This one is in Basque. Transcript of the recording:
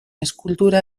eskultura